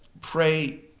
pray